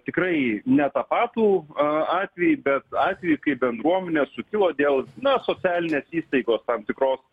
tikrai ne tapatų atvejį bet atvejį kai bendruomenė sukilo dėl na socialinės įstaigos tam tikros